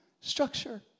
structure